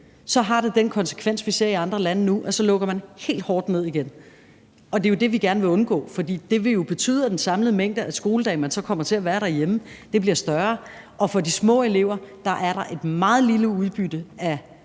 har det den konsekvens, vi ser i andre lande nu, nemlig at man så lukker helt og hårdt ned igen. Og det er jo det, vi gerne vil undgå, for det vil jo betyde, at den samlede mængde af skoledage, man så kommer til at være derhjemme, bliver større, og for de små elever er der et meget lille udbytte af